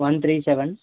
one three seven